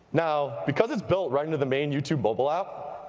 now because it's built right into the main youtube mobile app,